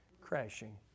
crashing